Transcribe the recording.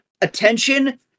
Attention